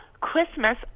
Christmas